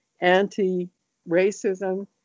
anti-racism